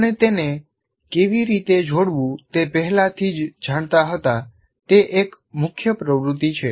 આપણે તેને કેવી રીતે જોડવું તે પહેલાથી જ જાણતા હતા તે એક મુખ્ય પ્રવૃત્તિ છે